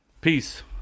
Peace